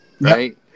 right